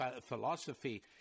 philosophy